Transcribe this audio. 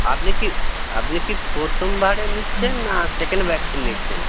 আপনি কি আপনি কি প্রথমবারে নিচ্ছেন না সেকেন্ড ভ্যাক্সিন নিচ্চেন